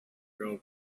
girl